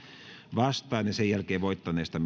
vastaan ja sitten voittaneesta